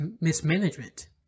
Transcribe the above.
mismanagement